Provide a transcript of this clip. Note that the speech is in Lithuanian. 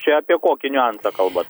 čia apie kokį niuansą kalbat